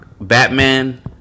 Batman